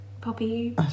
Poppy